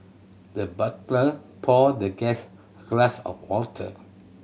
the butler poured the guest glass of water